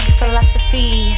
philosophy